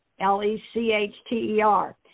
L-E-C-H-T-E-R